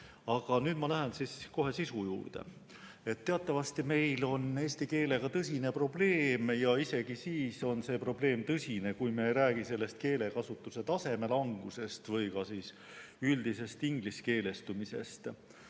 Aga nüüd ma lähen sisu juurde. Teatavasti meil on eesti keelega tõsine probleem. Isegi siis on see probleem tõsine, kui me ei räägi keelekasutuse taseme langusest või ka üldisest ingliskeelestumisest.